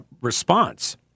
response